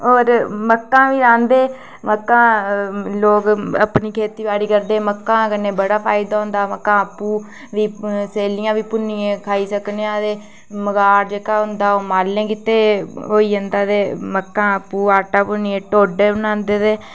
होर मक्कां बी रांह्दे मक्कां लोग अपनी खेती बाड़ी करदे घा कन्नै बड़ा फायदा होंदा आपूं सैल्लियां बी भुन्नियै खाई सकने आं ते मगाड़ जेह्का होंदा ओह् मालै गितै होई जंदा ते मक्कां आपूं आटा गुन्नियै ढोड्डे बनांदे ते